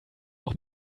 auch